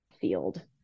field